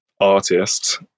artists